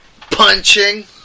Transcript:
punching